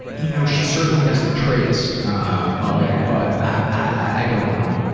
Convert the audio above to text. you know, she certainly has the traits of it. but i don't know.